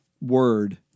word